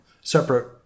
separate